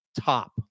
top